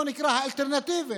בוא נקרא להם "האלטרנטיביים",